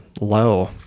low